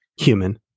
Human